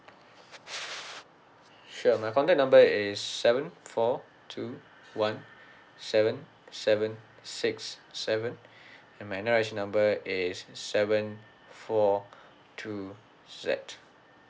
sure my contact number is seven four two one seven seven six seven and my N_R_I_C number is seven four two Z